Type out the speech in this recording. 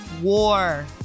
war